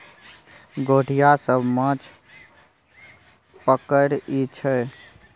गोढ़िया सब माछ पकरई छै